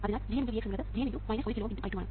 അതിനാൽ ഈ Gm×Vx എന്നുള്ളത് G m × 1 കിലോΩ × I2 ആണ്